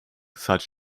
such